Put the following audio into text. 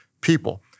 people